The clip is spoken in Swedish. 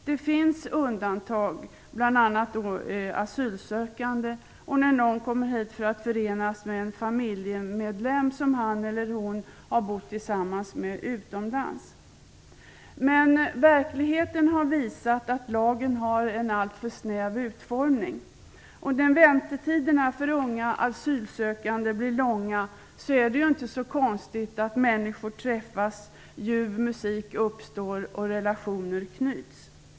Det finns undantag, bl.a. asylsökanden och när någon kommer hit för att förenas med en familjemedlem som han eller hon har bott tillsammans med utomlands. Verkligheten har dock visat att lagen har en alltför snäv utformning. När väntetiderna för unga asylsökande blir långa är det inte så konstigt att människor träffas, att ljuv musik uppstår och att relationer knyts.